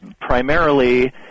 primarily